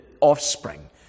offspring